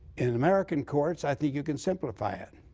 in american courts, i think you can simplify it.